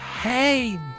hey